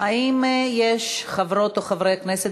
בעד עפר שלח,